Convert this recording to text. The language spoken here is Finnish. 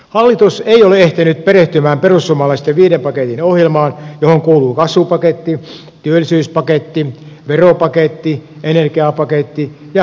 hallitus ei ole ehtinyt perehtymään perussuomalaisten viiden paketin ohjelmaan johon kuuluvat kasvupaketti työllisyyspaketti veropaketti energiapaketti ja hyvinvointipaketti